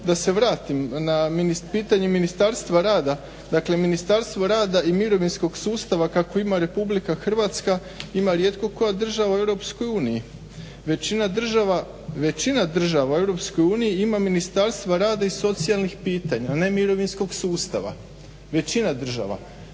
da se vratim na pitanje Ministarstva rada. Dakle, Ministarstvo rada i mirovinskog sustava kakvo ima Republika Hrvatska ima rijetko koja država u EU. Većina država u EU ima Ministarstva rada i socijalnih pitanja, a ne mirovinskog sustava. Većina država.